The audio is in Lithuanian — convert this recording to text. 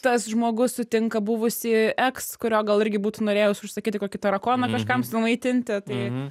tas žmogus sutinka buvusį eks kurio gal irgi būtų norėjus užsakyti kokį tarakoną kažkam sumaitinti tai